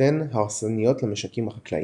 ותוצאותיהן ההרסניות למשקים החקלאיים.